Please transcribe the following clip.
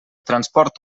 transport